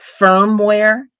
firmware